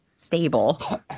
stable